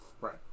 Right